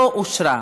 לא נתקבלה.